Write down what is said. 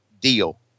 deal